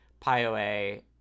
PyOA